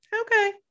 okay